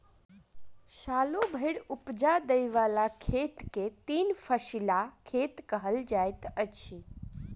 सालो भरि उपजा दय बला खेत के तीन फसिला खेत कहल जाइत अछि